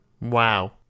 Wow